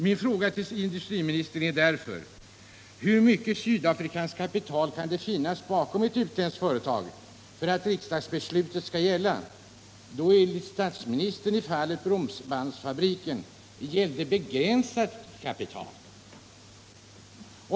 Min fråga till industriministern är därför: Hur mycket sydafrikanskt kapital skall det finnas bakom ett utländskt företag för att riksdagens beslut skall gälla? Enligt statministern gällde det ju i fallet Bromsbandsfabriken ett begränsat kapital.